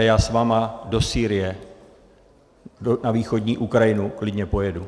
Já s vámi do Sýrie, na východní Ukrajinu, klidně pojedu.